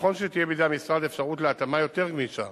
נכון שתהיה בידי המשרד אפשרות להתאמה יותר גמישה